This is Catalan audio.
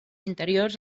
interiors